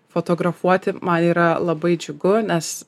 fotografuoti man yra labai džiugu nes